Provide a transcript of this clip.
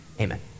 Amen